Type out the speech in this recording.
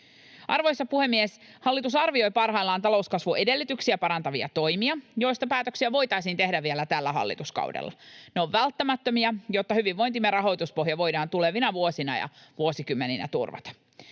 Arvoisa puhemies! Hallitus arvioi parhaillaan talouskasvun edellytyksiä parantavia toimia, joista päätöksiä voitaisiin tehdä vielä tällä hallituskaudella. Ne ovat välttämättömiä, jotta hyvinvointimme rahoituspohja voidaan tulevina vuosina ja vuosikymmeninä turvata.